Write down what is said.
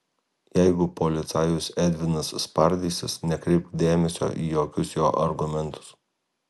jeigu policajus edvinas spardysis nekreipk dėmesio į jokius jo argumentus